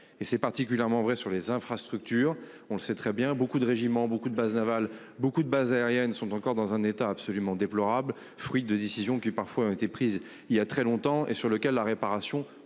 c'est particulièrement vrai sur les infrastructures, on le sait très bien beaucoup de régiments beaucoup de base navale beaucoup de bases aériennes sont encore dans un état absolument déplorable, fruit de décision qui parfois ont été prises il y a très longtemps et sur lequel la réparation